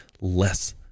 Less